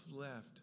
left